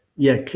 yeah.